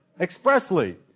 expressly